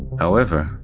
however,